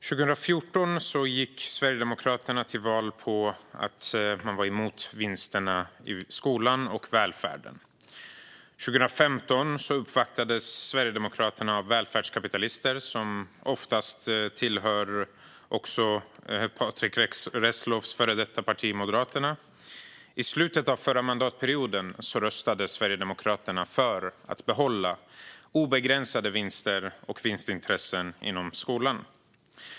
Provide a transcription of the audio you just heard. Fru talman! Sverigedemokraterna gick 2014 till val på att man var emot vinsterna i skolan och välfärden. Under 2015 uppvaktades Sverigedemokraterna av välfärdskapitalister, som oftast tillhör Patrick Reslows före detta parti Moderaterna. I slutet av förra mandatperioden röstade Sverigedemokraterna för att behålla obegränsade vinster och vinstintressen inom skolan.